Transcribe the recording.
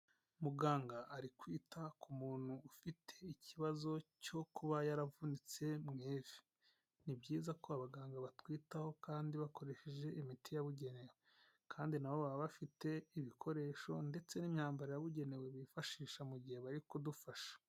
Muganga ari kwita ku muntu ufite ikibazo cyo kuba yaravunitse mu ivi, ni byiza ko abaganga batwitaho kandi bakoresheje imiti yabugenewe kandi nabo baba bafite ibikoresho ndetse n'imyambaro yabugenewe bifashisha mu gihe bari kudufasha.